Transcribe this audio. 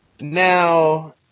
Now